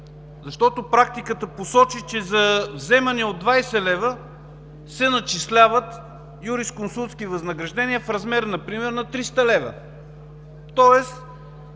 защото практиката посочи, че за вземания от 20 лв. се начисляват юрисконсултски възнаграждения в размер например на 300 лв., тоест